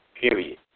period